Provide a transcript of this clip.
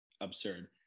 absurd